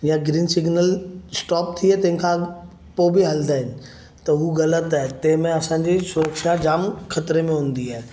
या green signal stop थिए तंहिंखां पोइ बि हलंदा आहिनि त हू ग़लति आहे तंहिं में असां जी सुरक्षा जामु ख़तरे में हूंदी आहे